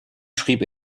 schrieb